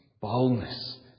boldness